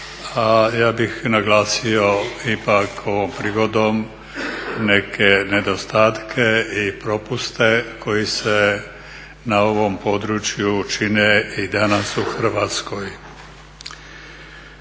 A ja bih naglasio ipak ovom prigodom neke nedostatke i propuste koji se na ovom području čine i danas u Hrvatskoj.